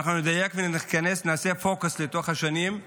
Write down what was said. אם אנחנו נדייק וניכנס, נעשה פוקוס לשנים,